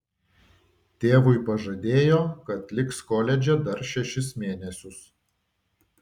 tėvui pažadėjo kad liks koledže dar šešis mėnesius